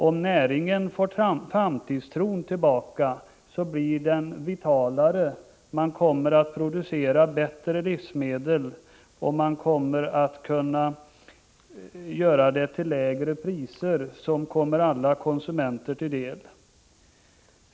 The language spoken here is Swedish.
Om näringen får framtidstron tillbaka blir den vitalare, och man kommer att producera bättre livsmedel till lägre priser, vilket kommer alla konsumenter till del.